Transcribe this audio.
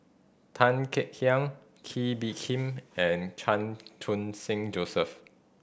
Tan Kek Hiang Kee Bee Khim and Chan Khun Sing Joseph